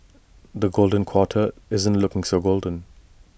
the golden quarter isn't looking so golden